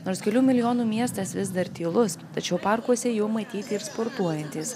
nors kelių milijonų miestas vis dar tylus tačiau parkuose jau matyti ir sportuojantys